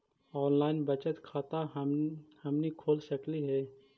Online बचत खाता हमनी खोल सकली हे?